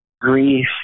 grief